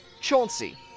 Chauncey